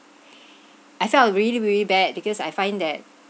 I felt really really bad because I find that